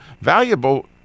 valuable